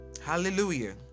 Hallelujah